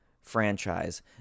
franchise